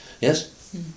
Yes